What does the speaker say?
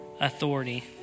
authority